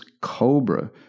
cobra